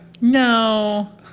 No